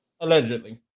Allegedly